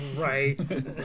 Right